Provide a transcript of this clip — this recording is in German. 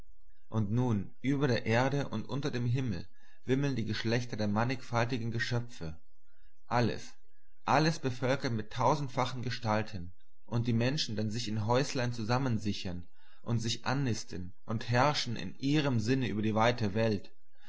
und nun über der erde und unter dem himmel wimmeln die geschlechter der mannigfaltigen geschöpfe ales alles bevölkert mit tausendfachen gestalten und die menschen dann sich in häuslein zusammen sichern und sich annisten und herrschen in ihrem sinne über die weite welt